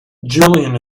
julian